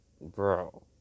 bro